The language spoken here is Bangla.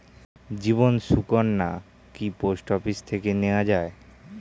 জীবন সুকন্যা কি পোস্ট অফিস থেকে নেওয়া যায়?